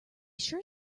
sure